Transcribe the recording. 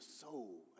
soul